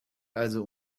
also